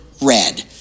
red